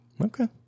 Okay